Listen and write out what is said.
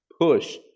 push